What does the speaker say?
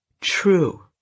true